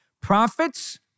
Prophets